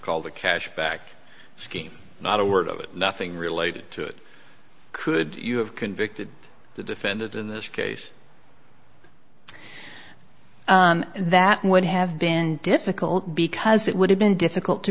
call the cash back scheme not a word of it nothing related to it could you have convicted the defendant in this case that would have been difficult because it would have been difficult to